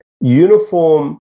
uniform